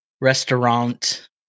restaurant